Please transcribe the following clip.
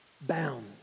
bound